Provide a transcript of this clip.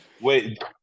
Wait